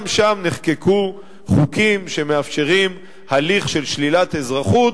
גם שם נחקקו חוקים שמאפשרים הליך של שלילת אזרחות,